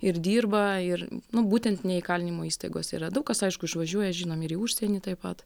ir dirba ir nu būtent ne įkalinimo įstaigose yra daug kas aišku išvažiuoja žinom ir į užsienį taip pat